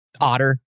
otter